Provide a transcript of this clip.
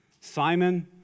Simon